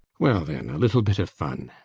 well then, a little bit of fun.